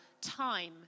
time